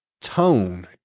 tone